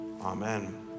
amen